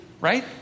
right